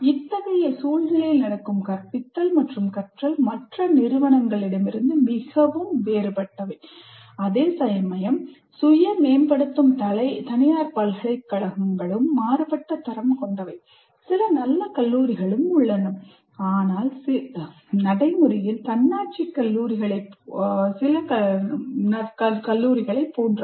இத்தகைய சூழ்நிலையில் நடக்கும் கற்பித்தல் மற்றும் கற்றல் மற்ற நிறுவனங்களிலிருந்து மிகவும் வேறுபட்டவை அதேசமயம் சுய மேம்படுத்தும் தனியார் பல்கலைக்கழகங்களும் மாறுபட்ட தரம் கொண்டவை சில நல்ல கல்லூரிகளும் உள்ளன ஆனால் சில நடைமுறையில் தன்னாட்சி கல்லூரிகளைப் போன்றவை